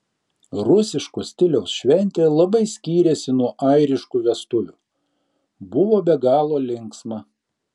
rusiško stiliaus šventė labai skyrėsi nuo airiškų vestuvių buvo be galo linksma